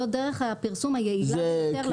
זאת דרך הפרסום היעילה ביותר לתחום הזה.